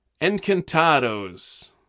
Encantados